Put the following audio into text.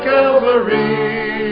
Calvary